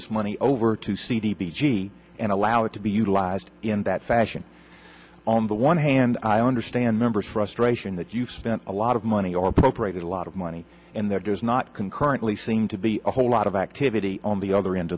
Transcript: this money over to cd and allow it to be utilized in that fashion on the one hand i understand members frustrating that you've spent a lot of money or appropriated a lot of money and there's not concurrently seemed to be a whole lot of activity on the other end